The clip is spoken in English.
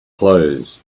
closed